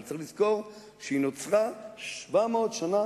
אבל צריך לזכור שהיא נוצרה 700 שנה